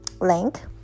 link